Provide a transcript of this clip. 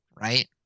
right